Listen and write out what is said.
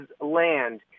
land